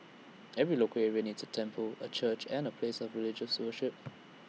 every local area needs A temple A church an the place of religious worship